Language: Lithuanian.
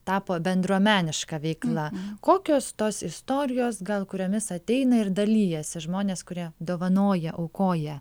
tapo bendruomeniška veikla kokios tos istorijos gal kuriomis ateina ir dalijasi žmonės kurie dovanoja aukoja